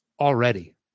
already